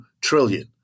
trillion